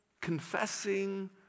confessing